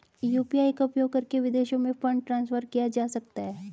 UPI का उपयोग करके विदेशों में फंड ट्रांसफर किया जा सकता है?